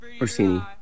Orsini